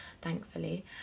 thankfully